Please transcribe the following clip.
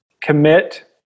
commit